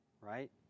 right